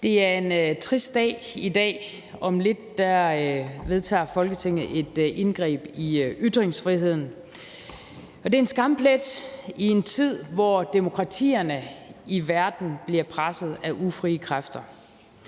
Det er en trist dag i dag. Om lidt vedtager Folketinget et indgreb i ytringsfriheden, og det er en skamplet i en tid, hvor demokratierne i verden bliver presset af ufrie kræfter.